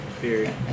Period